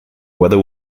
weather